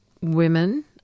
women